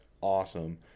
awesome